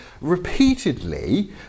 repeatedly